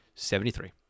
Seventy-three